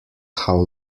how